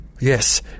yes